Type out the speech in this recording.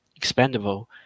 expandable